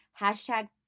Hashtag